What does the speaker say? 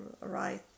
right